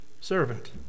servant